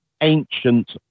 Ancient